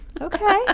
Okay